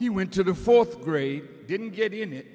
he went to the fourth grade didn't get in it